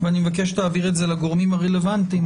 ואני מבקש להעביר את זה לגורמים הרלוונטיים.